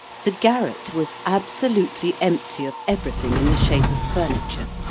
the garret was absolutely empty of everything in the shape of furniture.